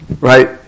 right